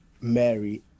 Mary